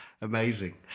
Amazing